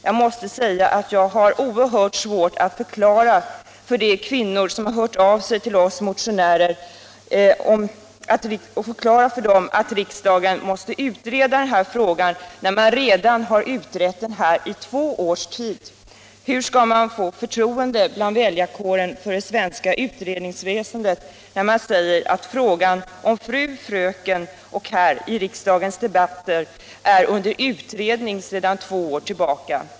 Jag måste säga att jag har oerhört svårt att förklara för de kvinnor som har hört av sig till oss motionärer att riksdagen måste utreda den här frågan när man redan har utrett den i två års tid. Hur skall man få förtroende bland väljarkåren för det svenska utredningsväsendet när man säger att frågan om fru, fröken och herr i riksdagens debatter är under utredning sedan två år tillbaka?